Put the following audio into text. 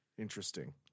Interesting